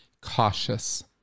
Cautious